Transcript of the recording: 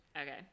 Okay